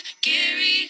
gary